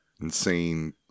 Insane